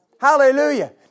Hallelujah